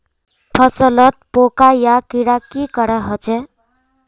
फसलोत पोका या कीड़ा की करे होचे?